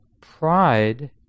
pride